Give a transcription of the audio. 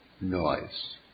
noise